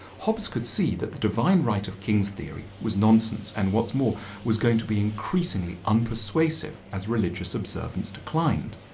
hobbes could see that the divine right of kings theory was nonsense and whatsmore was going to be increasingly unpersuasive as religious observants declined.